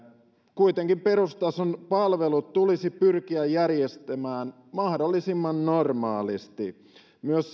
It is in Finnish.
kuitenkin perustason palvelut tulisi pyrkiä järjestämään mahdollisimman normaalisti myös